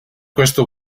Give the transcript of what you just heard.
questa